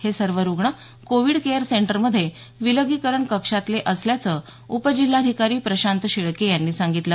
हे सर्व रूग्ण कोविड केयर सेंटरमध्ये विलगीकरण कक्षातले असल्याचं उपजिल्हाधिकारी प्रशांत शेळके यांनी सांगितलं